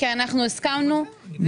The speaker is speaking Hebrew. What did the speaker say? כי אנחנו הסכמנו על הדבר הזה,